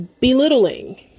belittling